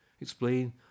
Explain